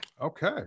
Okay